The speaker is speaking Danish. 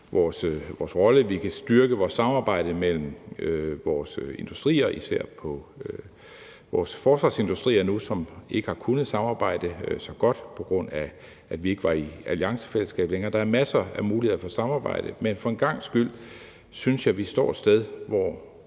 vores rolle, vi kan styrke vores samarbejde mellem vores industrier, især nu vores forsvarsindustrier, som ikke har kunnet samarbejde så godt på grund af, at vi ikke længere var i et alliancefællesskab. Der er masser af muligheder for et samarbejde, men for en gangs skyld synes jeg, vi nu står et sted, hvor